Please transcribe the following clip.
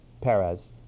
Perez